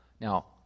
Now